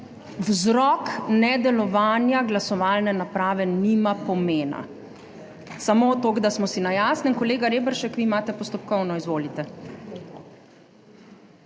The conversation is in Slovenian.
vzrok nedelovanja glasovalne naprave nima pomena. Samo toliko, da smo si na jasnem. Kolega Reberšek, vi imate postopkovno, izvolite.